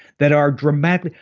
that are dramatically,